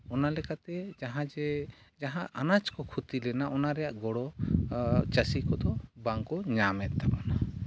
ᱚᱱᱟ ᱞᱮᱠᱟᱛᱮ ᱡᱟᱦᱟᱸ ᱡᱮ ᱡᱟᱦᱟᱸ ᱟᱱᱟᱡᱽ ᱠᱚ ᱠᱷᱚᱛᱤ ᱞᱮᱱᱟ ᱚᱱᱟ ᱨᱮᱭᱟᱜ ᱜᱚᱲᱚ ᱪᱟᱹᱥᱤ ᱠᱚᱫᱚ ᱵᱟᱝᱠᱚ ᱧᱟᱢᱮᱫ ᱛᱟᱵᱚᱱᱟ